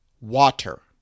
water